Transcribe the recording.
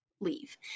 leave